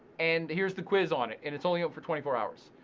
and here's the quiz on it, and it's only open for twenty four hours.